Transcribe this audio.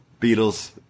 Beatles